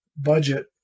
budget